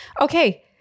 Okay